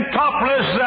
topless